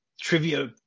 trivia